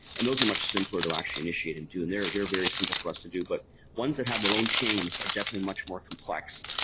and those are much simpler to actually initiate into and there they're very simple for us to do. but once that have their own chains, are definitely much more complex.